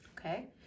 Okay